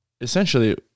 essentially